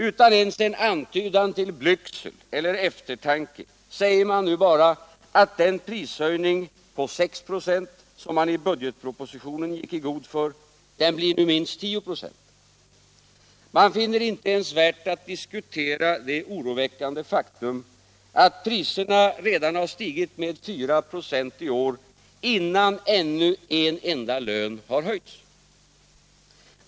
Utan ens en antydan till blygsel eller eftertanke säger man bara att den prishöjning på 6 96 som man i budgetpropositionen gick i god för nu blir minst 10 96. Man finner det inte ens värt att diskutera det oroväckande faktum, att priserna redan stigit med 4 96 i år trots att ännu inte en enda lön har höjts.